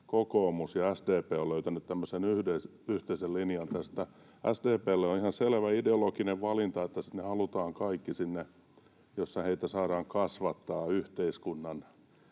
kokoomus ja SDP ovat löytäneet tämmöisen yhteisen linjan tästä. SDP:lle on ihan selvä ideologinen valinta, että halutaan kaikki sinne, jossa heitä saadaan kasvattaa yhteiskunnan